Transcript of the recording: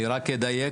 אני רק אדייק,